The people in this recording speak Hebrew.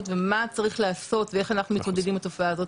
ומה צריך לעשות ואיך אנחנו מתמודדים עם התופעה הזאת.